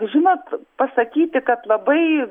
žinot pasakyti kad labai